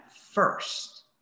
first